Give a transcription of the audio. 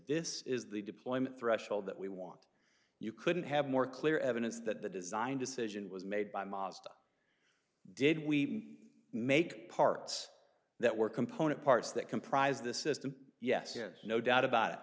this is the deployment threshold that we want you couldn't have more clear evidence that the design decision was made by mazda did we make parts that were component parts that comprise this system yes yes no doubt about